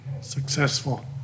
successful